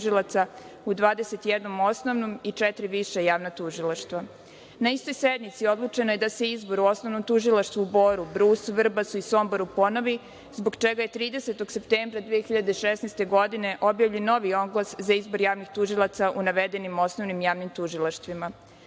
u 21 osnovnom i četiri viša javna tužilaštva. Na istoj sednici odlučeno je da se izbor u Osnovnom tužilaštvu u Boru, Vrbasu, Brusu i Somboru ponovi, zbog čega je 30. septembra 2016. godine objavljen novi oglas za izbor javnih tužilaštva u navedenim osnovnim, javnim tužilaštvima. Nakon